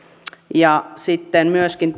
ja sitten myöskin